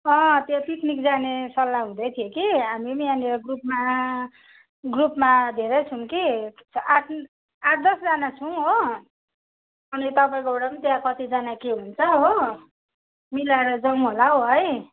अँ त्यो पिकनिक जाने सल्लाह हुँदै थियो कि हामी पनि यहाँनेर ग्रुपमा ग्रुपमा धेरै छौँ कि आठ आठ दसजना छौँ हो अनि तपाईँकोबाट पनि कतिजना के हुन्छ हो मिलाएर जाउँ होला है